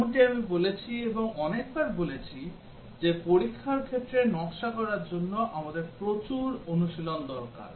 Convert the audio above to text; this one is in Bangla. যেমনটি আমি বলেছি এবং অনেকবার বলেছি যে পরীক্ষার ক্ষেত্রে নকশা করার জন্য আমাদের প্রচুর অনুশীলন দরকার